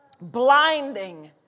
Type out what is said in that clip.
blinding